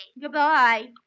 Goodbye